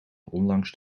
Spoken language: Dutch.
ondanks